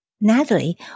Natalie